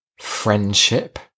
Friendship